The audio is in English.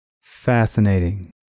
Fascinating